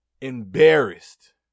embarrassed